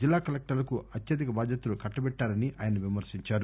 జిల్లా కలెక్టర్లకు అత్యధిక బాధ్యతలు కట్టబెట్టారని ఆయన విమర్పించారు